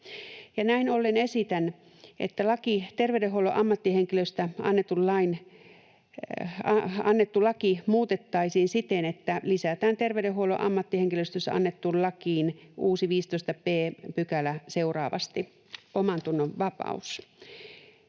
Näin ollen esitän, että terveydenhuollon ammattihenkilöistä annettu laki muutettaisiin siten, että lisätään terveydenhuollon ammattihenkilöstöstä annettuun lakiin uusi 15 b § seuraavasti: ”Omantunnonvapaus.